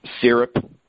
syrup